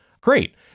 great